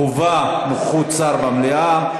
חובה נוכחות שר במליאה.